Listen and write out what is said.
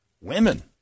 women